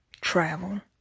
travel